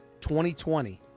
2020